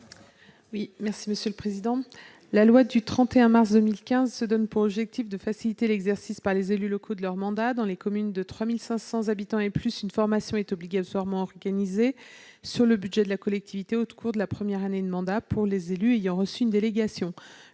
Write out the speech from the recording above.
La loi du 31 mars 2015 se donne pour objectif de « faciliter l'exercice par les élus locaux de leur mandat ». Dans les communes de 3 500 habitants et plus, une formation est obligatoirement organisée- sur le budget de la collectivité -au cours de la première année de mandat pour les élus ayant reçu une délégation.